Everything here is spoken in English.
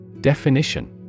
Definition